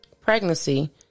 pregnancy